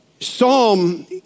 Psalm